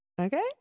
Okay